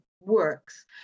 works